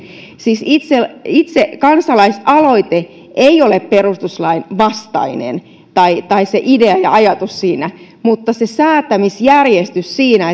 siis itse kansalaisaloite ei ole perustuslain vastainen tai tai se idea ja ajatus siinä mutta mitä tulee säätämisjärjestykseen siinä